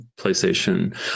playstation